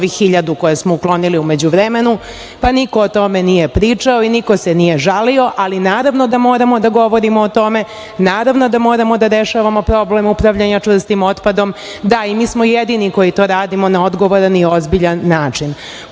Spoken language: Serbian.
ovih 1.000 koje smo uklonili u međuvremenu, pa niko o tome nije pričao i niko se nije žalio, ali naravno da moramo da govorimo o tome, naravno da moramo da rešavamo problem upravljanja čvrstim otpadom, da i mi smo jedini koji to radimo na odgovoran i ozbiljan